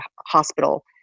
hospital